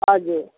हजुर